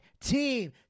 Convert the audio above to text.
Team